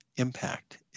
impact